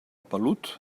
pelut